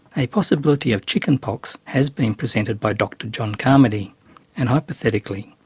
a possibility of chicken-pox has been presented by dr john carmody and, hypothetically,